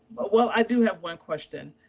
but well, i do have one question.